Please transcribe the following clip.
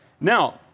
Now